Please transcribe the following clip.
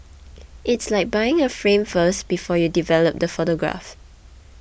it's like buying a frame first before you develop the photograph